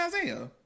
Isaiah